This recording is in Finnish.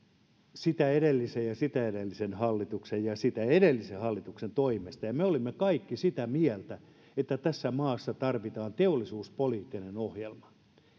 sitä edellisen ja sitä edellisen hallituksen ja sitäkin edellisen hallituksen toimesta ja me olimme kaikki sitä mieltä että tässä maassa tarvitaan teollisuuspoliittinen ohjelma minä